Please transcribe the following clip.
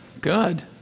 Good